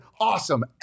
Awesome